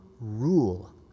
rule